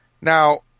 now